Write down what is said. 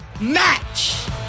Match